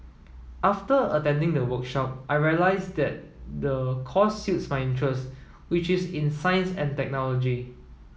after attending the workshop I realised that the course suits my interest which is in science and technology